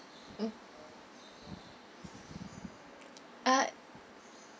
mm uh